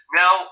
now